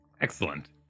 Excellent